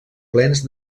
plens